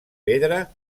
pedra